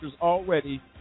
already